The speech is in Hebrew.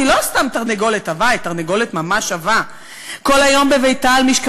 היא לא סתם תרנגולת עבה, היא תרנגולת ממש עבה.